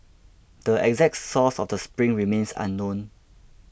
the exact source of the spring remains unknown